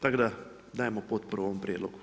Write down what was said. Tako da dajemo potporu ovome prijedlogu.